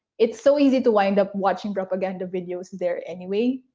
it's so easy to wind up watching propaganda videos there anyway.